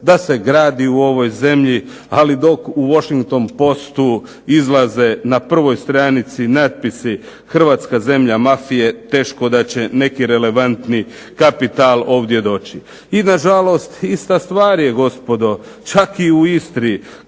da se gradi u ovoj zemlji, ali dok u Washington Postu izlaze na prvoj stranici natpisi "Hrvatska zemlja mafije" teško da će neki relevantni kapital ovdje doći. I nažalost, ista stvar je gospodo čak i u Istri